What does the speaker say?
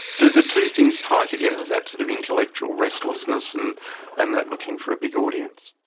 do the two things tie together, that sort of intellectual restlessness and and that looking for a big audience?